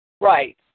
Right